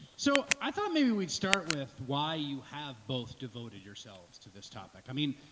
so i thought maybe we'd start with why you have both devoted yourselves to this topic? i mean,